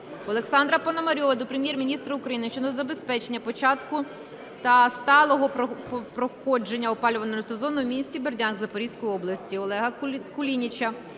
Олександра Пономарьова до Прем'єр-міністра України щодо забезпечення початку та сталого проходження опалювального сезону у місті Бердянськ Запорізької області. Олега Кулініча